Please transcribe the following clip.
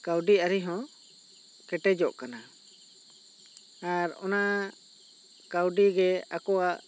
ᱠᱟᱹᱣᱰᱤ ᱟᱹᱨᱤ ᱦᱚᱸ ᱠᱮᱴᱮᱡᱚᱜ ᱠᱟᱱᱟ ᱟᱨ ᱚᱱᱟ ᱠᱟᱹᱣᱰᱤ ᱜᱮ ᱟᱠᱚᱣᱟᱜ